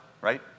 right